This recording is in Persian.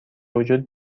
وجود